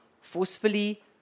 forcefully